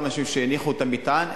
אותם אנשים שהניחו את המטען,